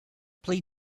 plead